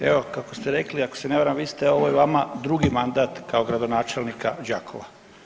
Evo, kako ste rekli, ako se ne varam, vi ste, ovo je vama drugi mandat kao gradonačelnika Đakova.